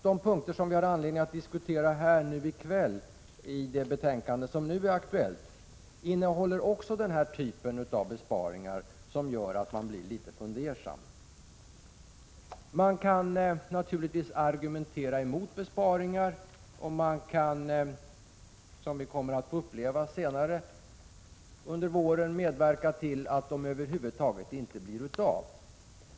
De punkter som vi har anledning att diskutera i kväll — i det betänkande som nu är aktuellt — innehåller också sådana typer av besparingar som gör att man blir litet fundersam. Man kan naturligtvis argumentera emot besparingar och man kan — som vi kommer att uppleva senare under våren — medverka tillatt de över huvud taget inte blir av.